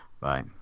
Bye